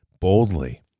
boldly